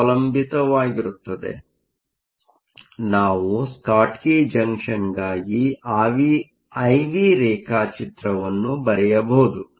ಆದ್ದರಿಂದ ನಾವು ಸ್ಕಾಟ್ಕಿ ಜಂಕ್ಷನ್ಗಾಗಿ I V ರೇಖಾಚಿತ್ರವನ್ನು ಬರೆಯಬಹುದು